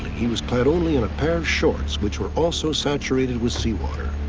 he was clad only in a pair of shorts, which were also saturated with seawater.